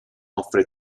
offre